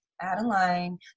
Adeline